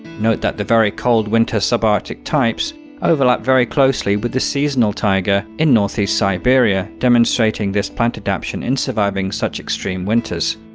note that the very cold winter subarctic types overlap very closely with the seasonal taiga in ne siberia, demonstrating this plant adaption in surviving such extreme winters.